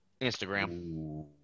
Instagram